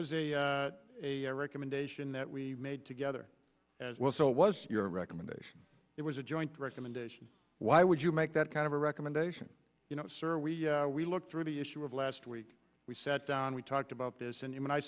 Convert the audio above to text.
was a recommendation that we made together as well so it was your recommendation it was a joint recommendation why would you make that kind of a recommendation you know sir we we look through the issue of last week we sat down we talked about this and